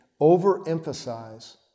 overemphasize